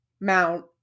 Mount